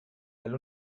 hell